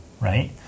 right